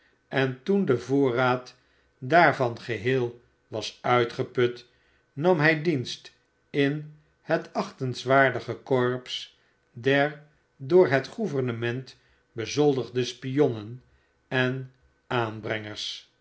en toen de voorraad daarvan geheel was uitgeput nam hij dienst in het achtenswaardige corps der door het gouvernement bezoldigde spionnen en aanbrengers